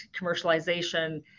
commercialization